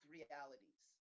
realities